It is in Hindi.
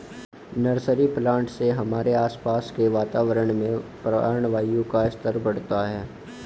नर्सरी प्लांट से हमारे आसपास के वातावरण में प्राणवायु का स्तर बढ़ता है